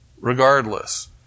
Regardless